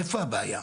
היכן הבעיה?